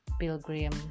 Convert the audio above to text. pilgrim